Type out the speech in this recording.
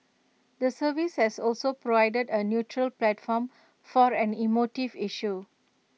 the service has also provided A neutral platform for an emotive issue